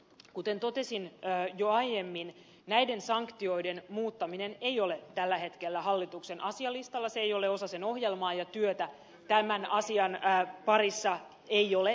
kuten totesin jo aiemmin näiden sanktioiden muuttaminen ei ole tällä hetkellä hallituksen asialistalla se ei ole osa sen ohjelmaa ja työtä tämän asian parissa ei ole meneillään